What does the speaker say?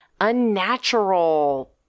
unnatural